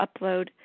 upload